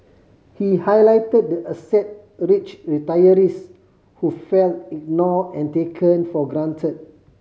he highlighted the asset a rich retirees who felt ignore and taken for grant